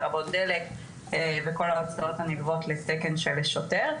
לרבות דלק וכל ההוצאות הנלוות לתקן של שוטר,